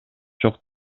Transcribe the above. жок